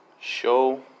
Show